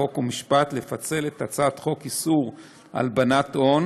חוק ומשפט לפצל את הצעת חוק איסור הלבנת הון